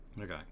Okay